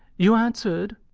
you answered